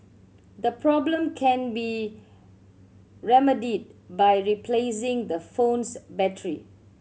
the problem can be remedied by replacing the phone's battery